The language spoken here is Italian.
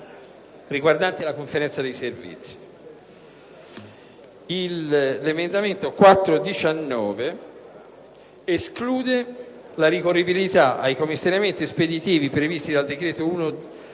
riguardante la Conferenza dei servizi. L'emendamento 4.19 esclude la ricorribilità ai commissariamenti speditivi previsti dalla legge 3